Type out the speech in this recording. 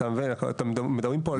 אתם מדברים פה על שנתיים.